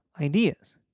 ideas